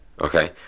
Okay